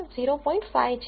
5 છે